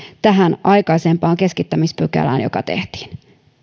tähän aikaisempaan keskittämispykälään joka tehtiin